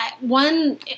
one